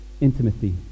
intimacy